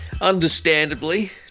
understandably